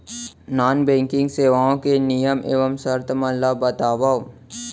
non banking सेवाओं के नियम एवं शर्त मन ला बतावव